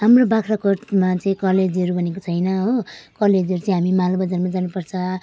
हाम्रो बाख्राकोटमा चाहिँ कलेजहरू भनेको छैन हो कलेजहरू चाहिँ हामी मालबजारमा जानुपर्छ